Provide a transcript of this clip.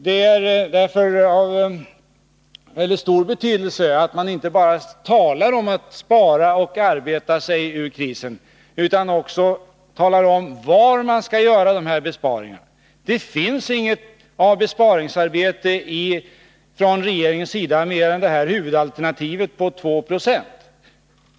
Det är därför av väldigt stor betydelse att man inte bara talar om att spara och arbeta sig ur krisen, utan också talar om var man skall göra dessa besparingar. Det finns inget av besparingsarbete från regeringens sida mer än detta huvudalternativ på 2 20.